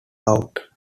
out